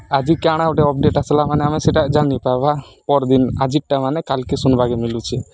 ଆଜିି କାଣା ଗୁଟେ ଅପ୍ଡେଟ୍ ଆସ୍ଲା ମାନେ ଆମେ ସେଟା ଜାନିପାର୍ବା ପର୍ଦିନ ଆଜିର୍ଟା ମାନେ କାକେ ଶୁଣ୍ବାକେ ମିଲୁଛେ